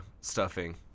stuffing